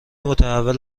متحول